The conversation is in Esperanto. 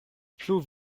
plu